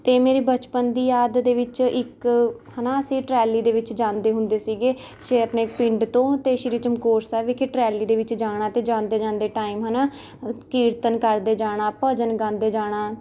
ਅਤੇ ਮੇਰੀ ਬਚਪਨ ਦੀ ਯਾਦ ਦੇ ਵਿੱਚ ਇੱਕ ਹੈ ਨਾ ਅਸੀਂ ਟਰਾਲੀ ਦੇ ਵਿੱਚ ਜਾਂਦੇ ਹੁੰਦੇ ਸੀਗੇ ਅਸੀਂ ਆਪਣੇ ਪਿੰਡ ਤੋਂ ਅਤੇ ਸ਼੍ਰੀ ਚਮਕੌਰ ਸਾਹਿਬ ਵਿਖੇ ਟਰਾਲੀ ਦੇ ਵਿੱਚ ਜਾਣਾ ਅਤੇ ਜਾਂਦੇ ਜਾਂਦੇ ਟਾਈਮ ਹੈ ਨਾ ਕੀਰਤਨ ਕਰਦੇ ਜਾਣਾ ਭਜਨ ਗਾਉਂਦੇ ਜਾਣਾ